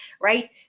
right